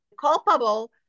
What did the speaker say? culpable